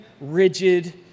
rigid